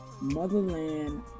motherland